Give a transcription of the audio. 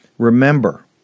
Remember